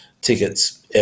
tickets